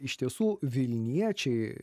iš tiesų vilniečiai